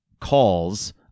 calls